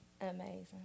Amazing